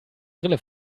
brille